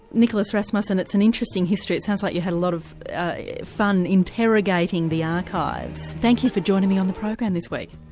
nicolas rasmussen it's an interesting history it sounds like you had a lot of fun interrogating the archives. thank you for joining me on the program this week.